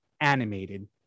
animated